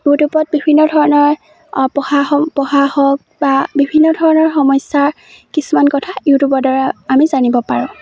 ইউটিউবত বিভিন্ন ধৰণৰ অ পঢ়া হওক পঢ়া হওক বা বিভিন্ন ধৰণৰ সমস্যাৰ কিছুমান কথা ইউটিউবৰ দ্বাৰা আমি জানিব পাৰোঁ